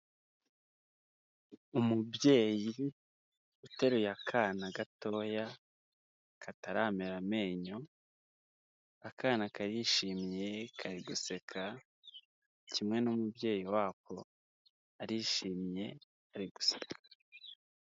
Umubyeyi uteruye akana gatoya, kataramera amenyo, akana karishimye kari guseka, kimwe n'umubyeyi wako arishimye ari guseka.